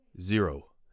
Zero